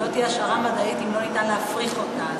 לא תהיה השערה מדעית אם אי-אפשר להפריך אותה.